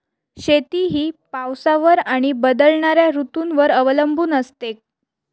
शेती ही पावसावर आणि बदलणाऱ्या ऋतूंवर अवलंबून असते